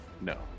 No